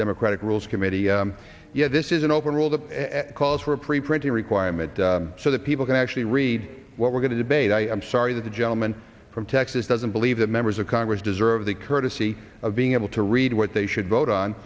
democratic rules committee yet this is an open rule the calls for a preprinted requirement so that people can actually read what we're going to debate i am sorry that the gentleman from texas doesn't believe that members of congress deserve the courtesy of being able to read what they should vote on